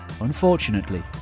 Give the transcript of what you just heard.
Unfortunately